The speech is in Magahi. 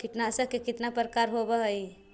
कीटनाशक के कितना प्रकार होव हइ?